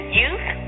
youth